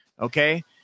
Okay